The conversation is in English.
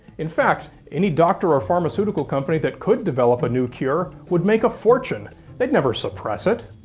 in fact, any doctor or pharmaceutical company that could develop a new cure would make a fortune they'd never suppress it.